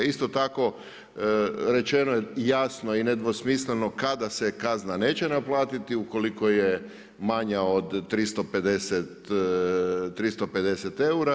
Isto tako rečeno je jasno i nedvosmisleno kada se kazna neće naplatiti ukoliko je manja od 350 eura.